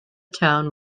town